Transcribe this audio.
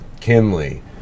Kinley